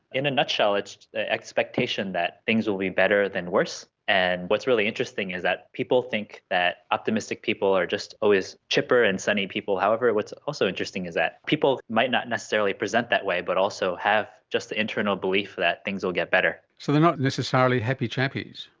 in a nutshell it's the expectation that things will be better than worse, and what's really interesting is that people think that optimistic people are just always chipper and sunny people. however, what's also interesting is that people might not necessarily present that way but have just the internal belief that things will get better. so they're not necessarily happy chappies?